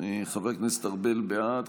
חבר הכנסת ארבל, בעד.